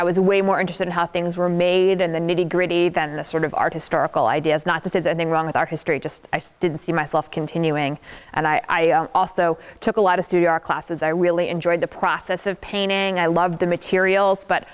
i was way more interested in how things were made and the nitty gritty than the sort of our historical ideas not that isn't wrong with our history just i didn't see myself continuing and i also took a lot of to your classes i really enjoyed the process of painting i loved the materials but